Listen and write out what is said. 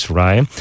right